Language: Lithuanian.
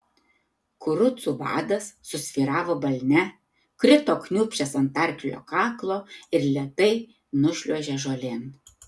kurucų vadas susvyravo balne krito kniūbsčias ant arklio kaklo ir lėtai nušliuožė žolėn